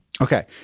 okay